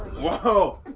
whoa,